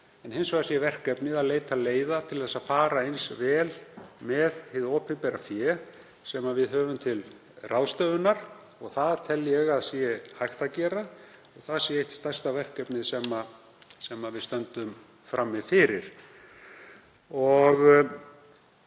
en hins vegar sé verkefnið að leita leiða til að fara vel með hið opinbera fé sem við höfum til ráðstöfunar. Það tel ég að sé hægt að gera og það sé eitt stærsta verkefnið sem við stöndum frammi fyrir.